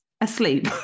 asleep